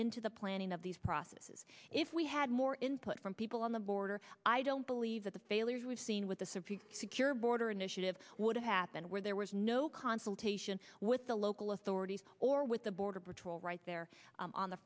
into the planning of these processes if we had more input from people on the border i don't believe that the failures we've seen with the supreme secure border initiative would have happened where there was no consultation with the local authorities or with the border patrol right there on